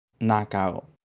knockout